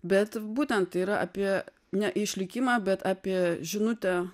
bet būtent tai yra apie ne išlikimą bet apie žinutę